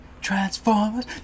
Transformers